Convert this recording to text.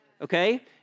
Okay